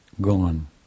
gone